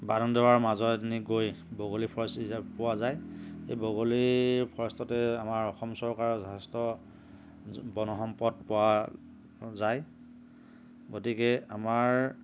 বান্দৰদোৱাৰ মাজৰ পিনেদি গৈ বগলী ফৰেষ্ট ৰিজাৰ্ভ পোৱা যায় এই বগলী ফৰেষ্টতে আমাৰ অসম চৰকাৰৰ যথেষ্ট বন সম্পদ পোৱা যায় গতিকে আমাৰ